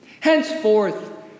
Henceforth